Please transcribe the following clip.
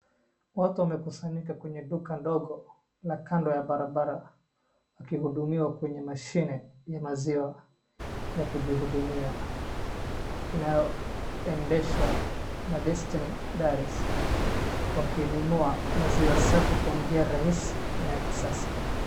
Watu wamekusanyika kwenye duka ndogo na kando ya barabra wakihudumiwa kwenye mashine ya maziwa ya kujihudumia inayoendeshwa na Destiny Dairies. Wakinunua maziwa safi kwa njia rahisi na ya kisasa.